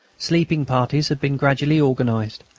sleeping parties had been gradually organised,